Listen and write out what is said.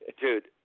Dude